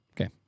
Okay